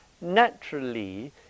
naturally